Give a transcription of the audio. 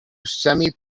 semi